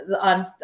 on